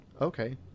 Okay